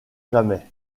jamais